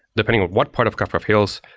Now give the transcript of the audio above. depending on what part of kafka fails,